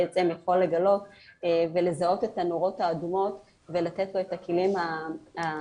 בעצם יכול לגלות ולזהות את הנורות האדומות ולתת לו את הכלים המתאימים.